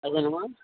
అదేనేమా